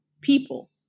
people